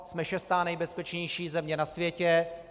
Jsme šestá nejbezpečnější země na světě.